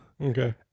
okay